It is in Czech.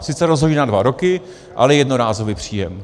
Sice rozhodí na dva roky, ale jednorázový příjem.